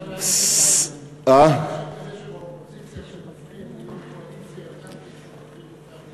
אני חושב שכל אלה שהם באופוזיציה והופכים להיות קואליציה שוכחים.